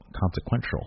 consequential